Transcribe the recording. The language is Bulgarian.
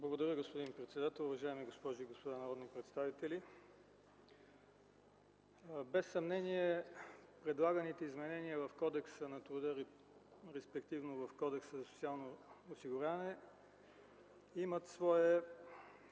Благодаря Ви, господин председател. Уважаеми госпожи и господа народни представители, без съмнение предлаганите изменения в Кодекса на труда, респективно в Кодекса за социално осигуряване, имат своя